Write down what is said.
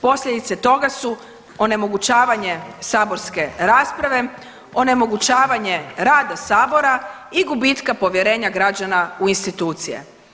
Posljedice toga su onemogućavanje saborske rasprave, onemogućavanje rada sabora i gubitka povjerenja građana u institucije.